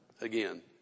again